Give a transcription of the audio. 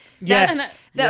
Yes